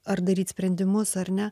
ar daryt sprendimus ar ne